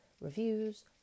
reviews